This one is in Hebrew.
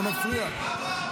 זה מפריע.